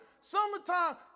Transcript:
summertime